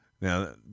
Now